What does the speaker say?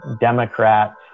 Democrats